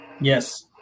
Yes